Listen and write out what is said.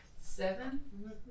Seven